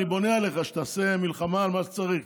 אני בונה עליך שתעשה מלחמה על מה שצריך,